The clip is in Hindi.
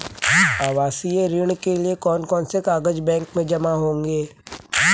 आवासीय ऋण के लिए कौन कौन से कागज बैंक में जमा होंगे?